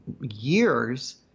years